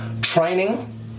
Training